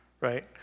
right